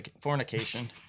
fornication